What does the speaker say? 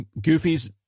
goofy's